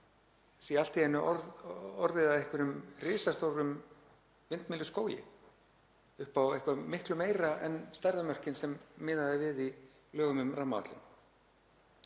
allt í einu orðið að einhverjum risastórum vindmylluskógi upp á eitthvað miklu meira en stærðarmörkin sem miðað er við í lögum um rammaáætlun.